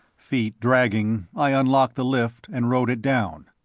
feet dragging, i unlocked the lift and rode it down.